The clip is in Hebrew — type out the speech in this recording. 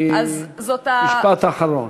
משפט אחרון.